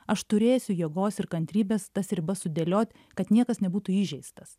aš turėsiu jėgos ir kantrybės tas ribas sudėliot kad niekas nebūtų įžeistas